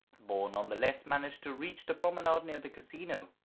boar none the less managed to reach the promenade near the casino.